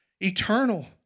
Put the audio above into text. eternal